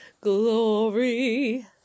Glory